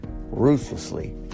ruthlessly